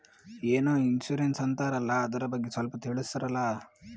ಏನೋ ಇನ್ಸೂರೆನ್ಸ್ ಅಂತಾರಲ್ಲ, ಅದರ ಬಗ್ಗೆ ಸ್ವಲ್ಪ ತಿಳಿಸರಲಾ?